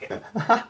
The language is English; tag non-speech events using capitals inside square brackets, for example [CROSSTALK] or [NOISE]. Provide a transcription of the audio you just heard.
[LAUGHS]